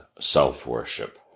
self-worship